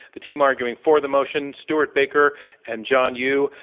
the team arcing for the motion, stewart baker and john yoo,